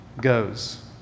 goes